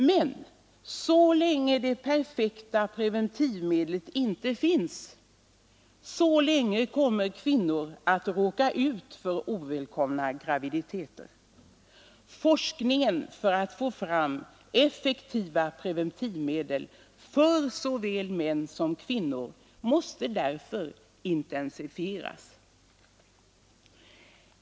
Men så länge det perfekta preventivmedlet inte finns, så länge kommer kvinnor att råka ut för ovälkomna graviditeter. Forskningen för att få fram effektiva preventivmedel för såväl män som kvinnor måste därför intensifieras.